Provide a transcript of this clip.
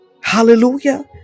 Hallelujah